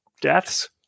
deaths